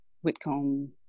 Whitcomb